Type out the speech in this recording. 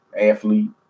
athlete